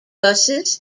buses